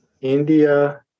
India